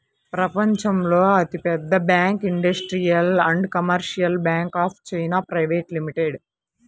ప్రపంచంలో అతిపెద్ద bank industrial and commercial bank of China private limited